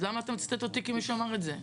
אז למה אתה מצטט אותי כמי שאמרה את זה?